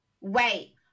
Wait